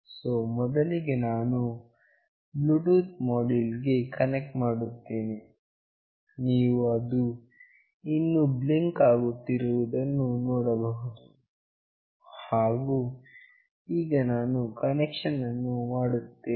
so ಮೊದಲಿಗೆ ನಾನು Bluetooth module ಗೆ ಕನೆಕ್ಟ್ ಮಾಡುತ್ತೇನೆ ನೀವು ಅದು ಇನ್ನೂ ಬ್ಲಿಂಕ್ ಆಗುತ್ತಿರುವುದನ್ನು ನೋಡಬಹುದು ಹಾಗು ಈಗ ನಾನು ಕನೆಕ್ಷನ್ ಅನ್ನು ಮಾಡುತ್ತೇನೆ